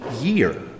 year